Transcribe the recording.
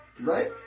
Right